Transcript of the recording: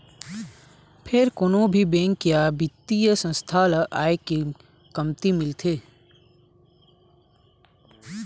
फेर कोनो भी बेंक या बित्तीय संस्था ल आय कमती मिलथे